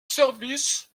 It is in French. service